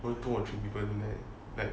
only two or three people do that like